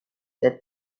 that